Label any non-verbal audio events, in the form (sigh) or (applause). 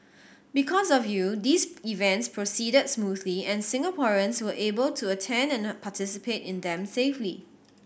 because of you these events proceeded smoothly and Singaporeans were able to attend and (unintelligible) participate in them safely